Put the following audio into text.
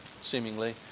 seemingly